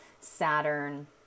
Saturn